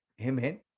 Amen